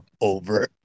over